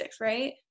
right